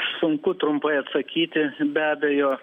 sunku trumpai atsakyti be abejo